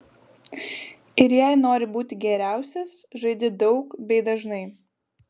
ir jei nori būti geriausias žaidi daug bei dažnai